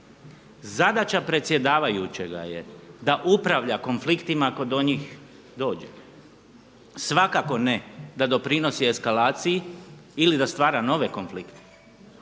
Zadaća predsjedavajućega je da upravlja konfliktima ako do njih dođe. Svakako ne da doprinosi eskalaciji ili da stvara nove konflikte.